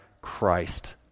Christ